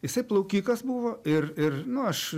jisai plaukikas buvo ir ir nu aš